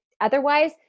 otherwise